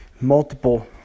Multiple